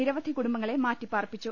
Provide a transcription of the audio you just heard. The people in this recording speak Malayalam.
നിരവധി കുടുംബങ്ങളെ മാറ്റി പാർപ്പിച്ചു